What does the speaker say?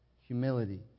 humility